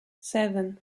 seven